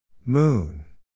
Moon